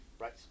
Right